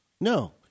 No